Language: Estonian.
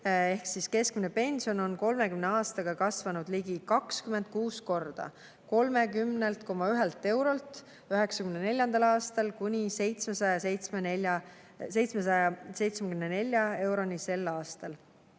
Keskmine pension on 30 aastaga kasvanud ligi 26 korda: 30,1 eurolt 1994. aastal kuni 774 euroni sel aastal.